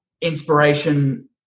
inspiration